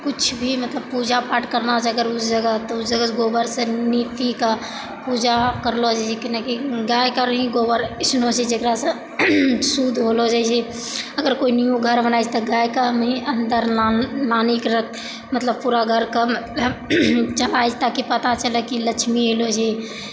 कुछ भी मतलब पूजा पाठ करना चाही अगर उस जगह गोबरसँ नीपी तऽ पूजा करलो जाइ छै कि गायके गोबर आइसनो होइ छै जकरासँ शुद्ध होलो जाइ छै अगर कोइ न्यू घर बनै छै तऽ गायके अन्दर आनिकऽ मतलब पूरा घर चलाबि ताकि पता चलै छै कि लक्ष्मी एलो छी